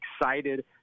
excited